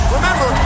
Remember